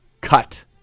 cut